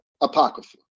Apocrypha